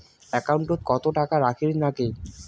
একাউন্টত কত টাকা রাখীর নাগে?